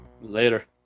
Later